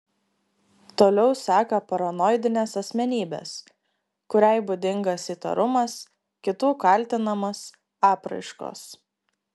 toliau seka paranoidinės asmenybės kuriai būdingas įtarumas kitų kaltinamas apraiškos